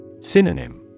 Synonym